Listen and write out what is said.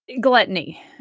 Gluttony